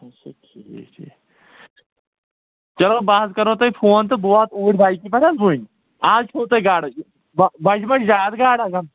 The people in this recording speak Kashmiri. چلو بہٕ حظ کرو تۄہہِ فون تہٕ بہٕ واتہٕ اوٗرۍ بایکہِ پٮ۪ٹھ حظ وٕنۍ آز چھو تۄہہِ گاڈٕ بہ بجہِ بجہِ زیادٕ گاڈٕ